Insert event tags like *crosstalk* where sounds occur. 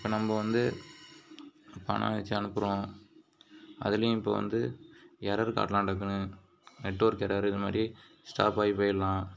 இப்போ நம்ம வந்து பணம் ஏதாச்சும் அனுப்புறோம் அதுலேயும் இப்ப வந்து எரர் காட்டலாம்ன்ட்டு *unintelligible* நெட்ஒர்க் எரரு இதுமாதிரி ஸ்டாப்பாகி போய்டலாம்